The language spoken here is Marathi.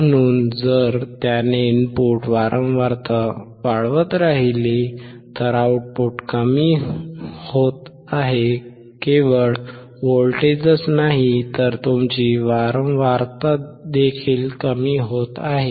म्हणून जर त्याने इनपुट वारंवारता वाढवत राहिली तर आउटपुट कमी होत आहे केवळ व्होल्टेजच नाही तर तुमची वारंवारता देखील कमी होत आहे